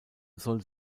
soll